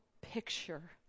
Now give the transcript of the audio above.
picture